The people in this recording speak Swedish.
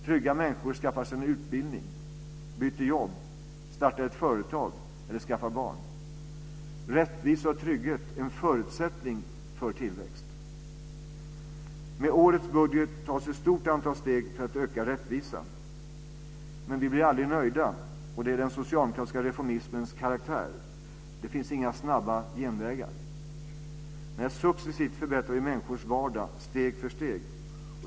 Trygga människor skaffar sig utbildning, byter jobb, startar ett företag eller skaffar barn. Rättvisa och trygghet är en förutsättning för tillväxt. Med årets budget tas ett stort antal steg för att öka rättvisan, men vi blir aldrig nöjda. Det är den socialdemokratiska reformismens karaktär. Det finns inga snabba genvägar. Men successivt förbättrar vi människors vardag steg för steg.